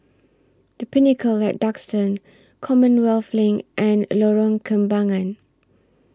The Pinnacle At Duxton Commonwealth LINK and Lorong Kembagan